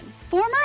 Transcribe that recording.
former